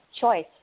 choice